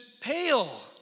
pale